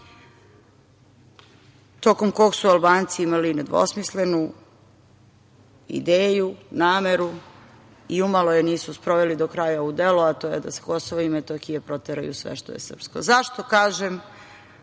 tokom kog su Albanci imali nedvosmislenu ideju, nameru i umalo je nisu sproveli do kraja u delo, a to je da sa KiM proteraju sve što je srpsko.Zašto kažem